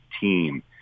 team